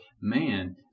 man